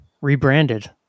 rebranded